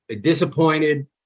disappointed